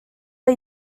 are